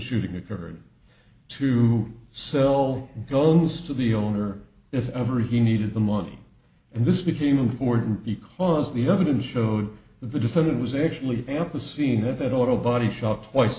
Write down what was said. shooting occurred to sell goes to the owner if ever he needed the money and this became important because the evidence showed the defendant was actually at the scene of it auto body shop twice